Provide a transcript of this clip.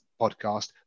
podcast